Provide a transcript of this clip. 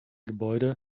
gebäude